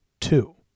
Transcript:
two